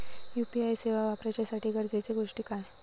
UPI सेवा वापराच्यासाठी गरजेचे गोष्टी काय?